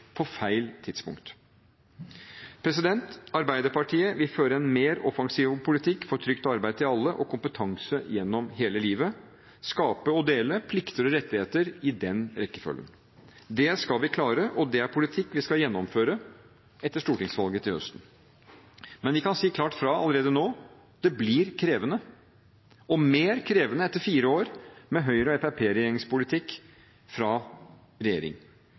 på feil tidspunkt. Arbeiderpartiet vil føre en mer offensiv politikk for trygt arbeid til alle og kompetanse gjennom hele livet – skape og dele, plikter og rettigheter, i den rekkefølgen. Det skal vi klare. Det er politikk vi skal gjennomføre etter stortingsvalget til høsten. Men vi kan si klart fra allerede nå: Det blir krevende – og mer krevende etter fire år med Høyre og Fremskrittspartiets politikk i regjering.